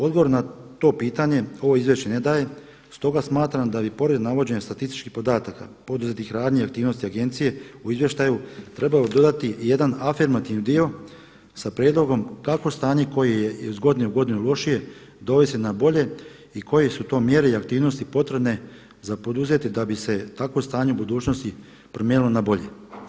Odgovor na to pitanje ovo izvješće ne daje, stoga smatram da bi pored navođenja statističkih podataka, poduzetih radnji i aktivnosti agencije u izvještaju trebalo dodati jedan afirmativni dio sa prijedlogom kako stanje koje je iz godine u godinu lošije dovesti na bolje i koje su to mjere i aktivnosti potrebne za poduzeti da bi se takvo stanje u budućnosti promijenilo na bolje.